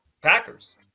Packers